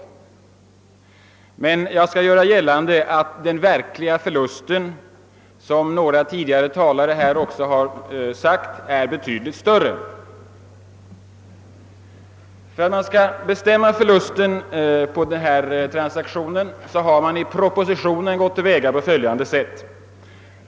Jag vill emellertid göra gällande att den verkliga förlusten är betydligt större, vilket också framhållits av några tidigare talare. Vid bestämningen av förlusten på denna transaktion har man i propositionen gått till väga på följande sätt.